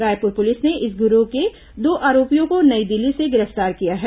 Raipur police ने इस गिरोह के दो आरोपियों को नई दिल्ली से गिरफ्तार किया है